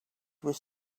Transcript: was